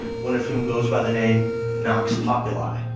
one of whom goes by the name nox populi.